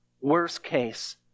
worst-case